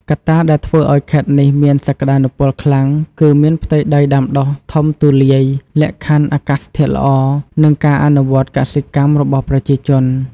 កត្តាដែលធ្វើឱ្យខេត្តនេះមានសក្ដានុពលខ្លាំងគឺ មានផ្ទៃដីដាំដុះធំទូលាយ លក្ខខណ្ឌអាកាសធាតុល្អ និងការអនុវត្តកសិកម្មរបស់ប្រជាជន។